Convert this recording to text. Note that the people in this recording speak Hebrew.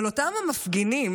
אבל אותם מפגינים,